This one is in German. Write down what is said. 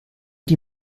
die